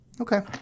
Okay